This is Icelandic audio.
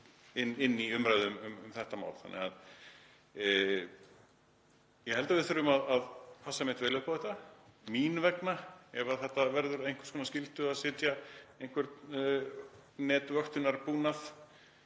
í umræðu um þetta mál. Ég held að við þurfum að passa einmitt vel upp á þetta, mín vegna, ef það verður að einhvers konar skyldu að setja netvöktunarbúnað